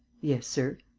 yes, sir.